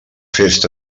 festa